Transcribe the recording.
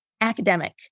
academic